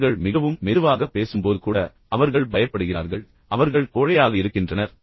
அவர்கள் மிகவும் மெதுவாகப் பேசும்போது கூட அவர்கள் பயப்படுகிறார்கள் அவர்கள் கோழையாக இருக்கின்றனர்